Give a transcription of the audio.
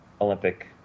Olympic